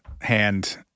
hand